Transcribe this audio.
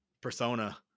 persona